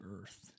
earth